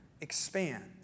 expands